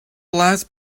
last